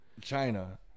China